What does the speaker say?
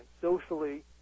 socially